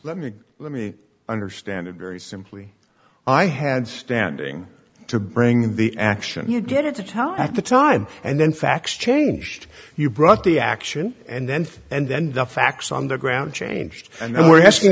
let me let me understand it very simply i had standing to bring the action you did it to tell at the time and then facts changed you brought the action and then and then the facts on the ground changed and now we're asking